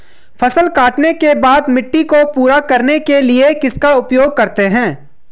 फसल काटने के बाद मिट्टी को पूरा करने के लिए किसका उपयोग करते हैं?